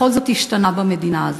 בכל זאת השתנה במדינה הזאת.